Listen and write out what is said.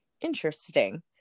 Interesting